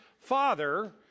father